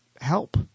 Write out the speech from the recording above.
help